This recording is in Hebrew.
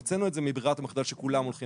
הוצאנו את זה מברירת המחדל שכולם הולכים